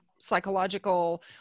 psychological